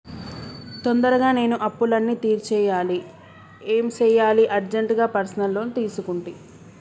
తొందరగా నేను అప్పులన్నీ తీర్చేయాలి ఏం సెయ్యాలి అర్జెంటుగా పర్సనల్ లోన్ తీసుకుంటి